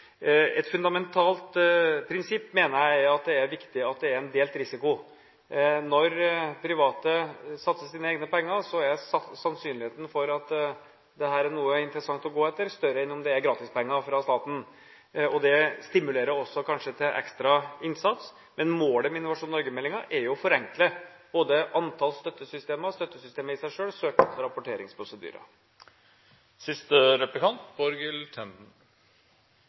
et mer kritisk øye på de støttebeløpene som man gir. Et viktig, fundamentalt prinsipp mener jeg er en delt risiko. Når private satser sine egne penger, er sannsynligheten for at dette er noe interessant å gå etter, større enn om det er gratispenger fra staten. Det stimulerer også kanskje til ekstra innsats. Men målet med Innovasjon Norge-meldingen er jo å forenkle både antall støttesystemer, støttesystemet i seg selv og søknads- og rapporteringsprosedyrer.